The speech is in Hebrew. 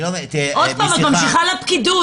עוד פעם את ממשיכה לפקידות,